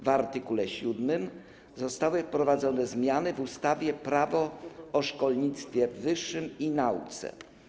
W art. 7 zostały wprowadzone zmiany w ustawie Prawo o szkolnictwie wyższym i nauce.